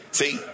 see